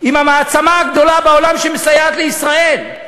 עם המעצמה הגדולה בעולם, שמסייעת לישראל.